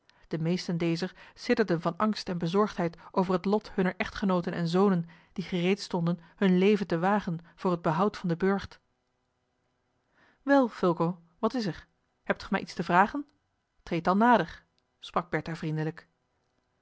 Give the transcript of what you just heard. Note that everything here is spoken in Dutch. de meesten dezer sidderden van angst en bezorgdheid over het lof hunner echtgenooten en zonen die gereed stonden hun leven te wagen voor het behoud van den burcht wel fulco wat is er hebt ge mij iets te vragen treed dan nader sprak bertha vriendelijk